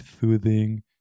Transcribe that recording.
soothing